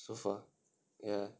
so far yeah